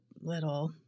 little